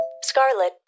Scarlet